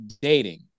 dating